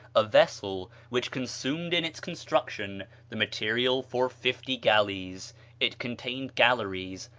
a vessel which consumed in its construction the material for fifty galleys it contained galleries,